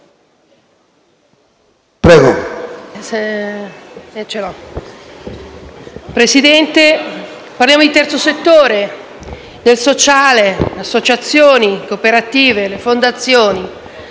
Presidente, parliamo di terzo settore, del sociale, delle associazioni, delle cooperative, delle fondazioni.